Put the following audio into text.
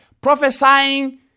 Prophesying